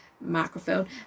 microphone